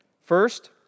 First